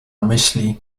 myśli